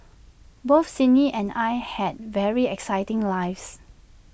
both Sydney and I had very exciting lives